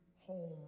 home